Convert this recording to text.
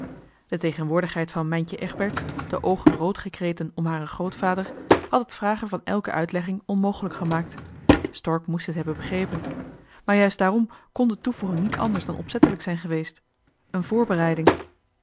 de tegenwoordigheid van mijntje egberts de oogen roodgekreten om haren grootvader had het vragen van elke uitlegging onmogelijk gemaakt stork moest dit hebben begrepen maar juist daarom kon de toevoeging niet anders dan opzettelijk zijn geweest een voorbereiding